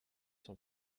cent